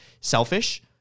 selfish